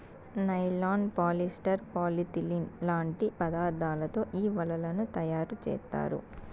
nylon, polyester, polyethylene లాంటి పదార్థాలతో ఈ వలలను తయారుచేత్తారు